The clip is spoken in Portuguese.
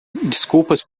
desculpas